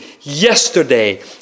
yesterday